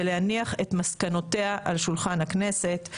ולהניח את מסקנותיה על שולחן הכנסת.